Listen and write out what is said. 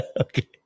Okay